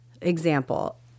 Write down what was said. example